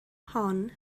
hon